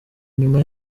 nyuma